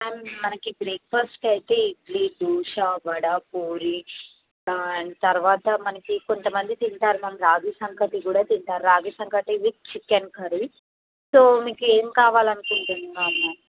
ma'am మనకి బ్రేక్ఫాస్ట్కి అయితే ఇడ్లీ దోశ వడ పూరీ అండ్ తర్వాత మనకి కొంతమంది తింటారు మ్యామ్ రాగి సంకటి కూడా తింటారు ragi sankati with chicken curry so మీకు ఏమి కావాలని అనుకుంటున్నారు మ్యామ్